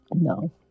No